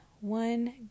one